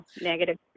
Negative